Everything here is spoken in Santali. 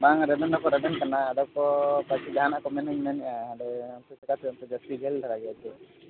ᱵᱟᱝᱼᱟ ᱨᱮᱵᱮᱱ ᱫᱚᱠᱚ ᱨᱮᱵᱮᱱ ᱠᱟᱱᱟ ᱟᱫᱚ ᱠᱚ ᱯᱟᱪᱷᱮ ᱡᱟᱦᱟᱱᱟᱜ ᱠᱚ ᱢᱮᱱᱮᱫᱼᱟ ᱟᱫᱚ ᱪᱮᱫ ᱞᱮᱠᱟ ᱪᱚ ᱚᱱᱛᱮ ᱫᱚ ᱥᱤᱜᱤᱞ ᱫᱷᱟᱨᱟ ᱜᱮᱭᱟ ᱥᱮ ᱪᱮᱫ